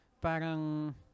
parang